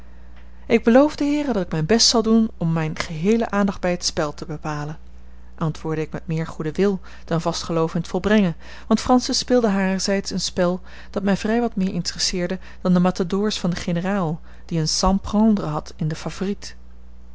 ik beloof den heeren dat ik mijn best zal doen om mijne geheele aandacht bij het spel te bepalen antwoordde ik met meer goeden wil dan vast geloof in t volbrengen want francis speelde harerzijds een spel dat mij vrij wat meer interesseerde dan de matadors van den generaal die een sans prendre had in de favorite